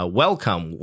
welcome